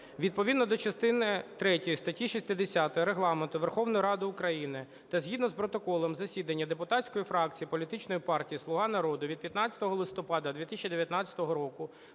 Відповідно до частини третьої статті 60 Регламенту Верховної Ради України та згідно з протоколом засідання депутатської фракції Політичної партії "Слуга народу" від 15 листопада 2019 року